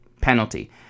penalty